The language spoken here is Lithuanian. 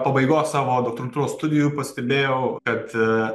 pabaigos savo doktorantūros studijų pastebėjau kad